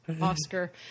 Oscar